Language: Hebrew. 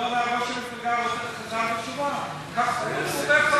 ראש המפלגה הוא חזר בתשובה, זה לא סותר.